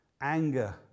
anger